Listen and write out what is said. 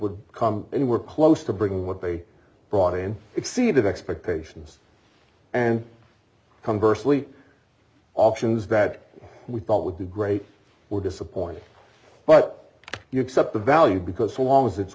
would come anywhere close to bring what they brought in exceeded expectations and conversely options that we thought would be great were disappointing but use up the value because so long as it's